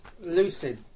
lucid